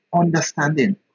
understanding